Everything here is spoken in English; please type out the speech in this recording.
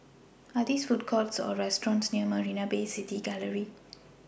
Are There Food Courts Or restaurants near Marina Bay City Gallery